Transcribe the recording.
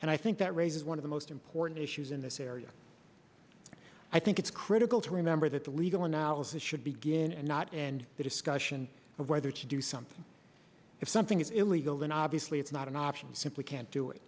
and i think that raises one of the most important issues in this area i think it's critical to remember that the legal analysis should begin and not and the discussion of whether to do something if something is illegal then obviously it's not an option simply can't do it